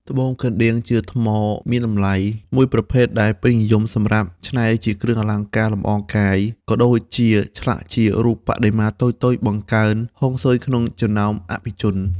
ត្បូងកណ្តៀង ជាថ្មមានតម្លៃមួយប្រភេទដែលពេញនិយមសម្រាប់ច្នៃជាគ្រឿងអលង្ការលម្អកាយ ក៏ដូចជាឆ្លាក់ជារូបបដិមាតូចៗបង្កើនហុងស៊ុយក្នុងចំណោមអភិជន។